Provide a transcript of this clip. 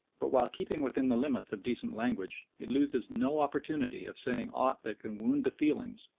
but while keeping within the limits of decent language it loses no opportunity of saying aught that can wound the feelings,